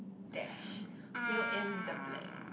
dash fill in the blank